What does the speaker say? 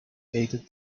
aided